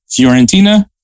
Fiorentina